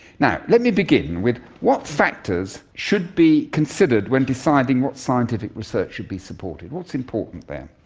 now, let me begin with what factors should be considered when deciding what scientific research should be supported? what's important there?